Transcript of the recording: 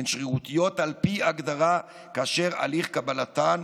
הן שרירותיות על פי הגדרה כאשר הליך קבלתן